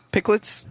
Picklets